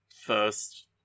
first